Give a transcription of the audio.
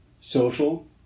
social